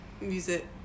music